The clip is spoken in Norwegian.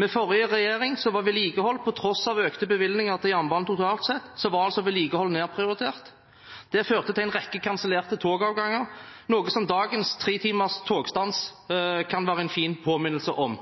Med forrige regjering var vedlikehold, på tross av økte bevilgninger til jernbanen totalt sett, nedprioritert. Det førte til en rekke kansellerte togavganger, noe som dagens tre timers togstans kan være en fin påminnelse om.